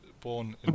born